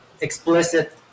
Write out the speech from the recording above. explicit